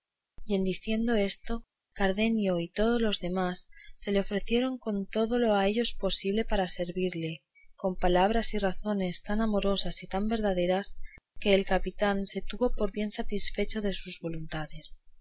en diciendo esto don fernando y todos los demás se le ofrecieron con todo lo a ellos posible para servirle con palabras y razones tan amorosas y tan verdaderas que el capitán se tuvo por bien satisfecho de sus voluntades